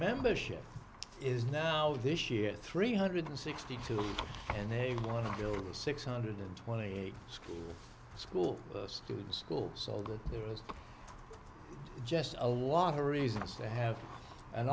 membership is now this year three hundred sixty two and they want to build six hundred twenty eight school school students school so good there was just a lot of reasons to have an